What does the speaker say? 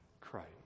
Christ